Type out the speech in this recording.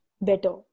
better